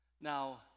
Now